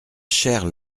chère